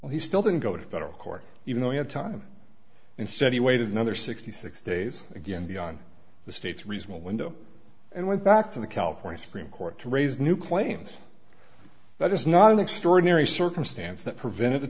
and he still didn't go to federal court even though he had time instead he waited another sixty six days again beyond the state's reasonable window and went back to the california supreme court to raise new claims that is not an extraordinary circumstance that prevented